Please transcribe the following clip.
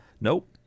Nope